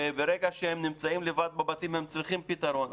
ברגע שהם נמצאים לבד בבתים הם צריכים פתרון.